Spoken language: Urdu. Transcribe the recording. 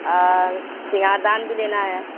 اور سنگار دان بھی لینا ہے